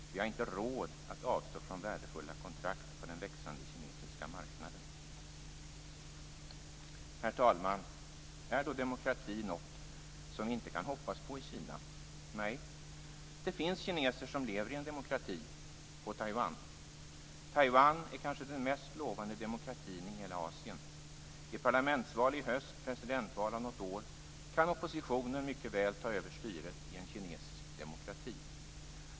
Vi har inte råd att avstå från värdefulla kontrakt på den växande kinesiska marknaden. Herr talman! Men är då demokrati något som vi inte kan hoppas på i Kina? Nej, det finns kineser som lever i en demokrati - på Taiwan. Taiwan är den kanske mest lovande demokratin i hela Asien. I parlamentsval i höst och presidentval om något år kan oppositionen mycket väl ta över styret i en kinesisk demokrati.